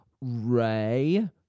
Ray